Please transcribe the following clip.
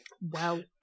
Wow